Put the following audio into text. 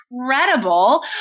incredible